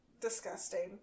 disgusting